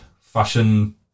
fashion